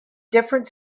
different